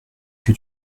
que